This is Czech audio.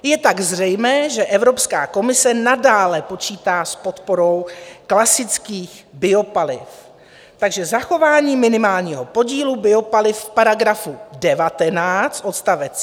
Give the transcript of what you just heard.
Je tak zřejmé, že Evropská komise nadále počítá s podporou klasických biopaliv, takže zachování minimálního podílu biopaliv v § 19 odst.